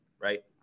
right